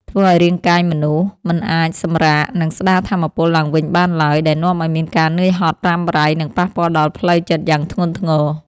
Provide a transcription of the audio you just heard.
ធ្វើឱ្យរាងកាយមនុស្សមិនអាចសម្រាក និងស្តារថាមពលឡើងវិញបានឡើយ ដែលនាំឱ្យមានការនឿយហត់រ៉ាំរ៉ៃ និងប៉ះពាល់ដល់ផ្លូវចិត្តយ៉ាងធ្ងន់ធ្ងរ។